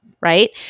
right